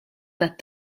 that